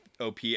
OP